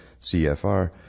CFR